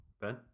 Ben